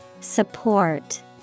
Support